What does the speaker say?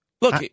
Look